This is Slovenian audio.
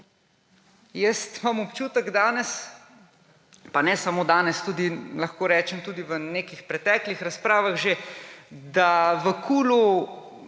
Jaz imam občutek danes, pa ne samo danes, tudi lahko rečem v nekih preteklih razpravah že, da v KUL